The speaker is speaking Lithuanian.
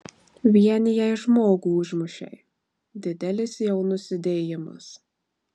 vien jei žmogų užmušei didelis jau nusidėjimas